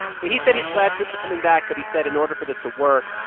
so he said he's glad troops are coming back. but he said in order for this to work,